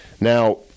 Now